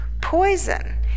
Poison